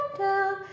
down